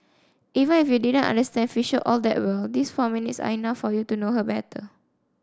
even if you didn't understand fisher all that well these four minutes are enough for you to know her better